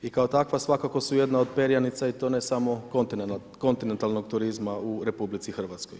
I kao takva svakako su jedna od perjanica i to ne samo kontinentalnog turizma u RH.